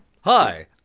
Hi